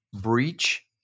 Breach